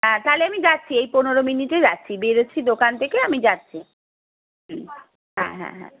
হ্যাঁ তাহলে আমি যাচ্ছি এই পনেরো মিনিটে যাচ্ছি বেরোছি দোকান থেকে আমি যাচ্ছি হুম হ্যাঁ হ্যাঁ হ্যাঁ